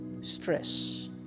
stress